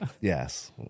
Yes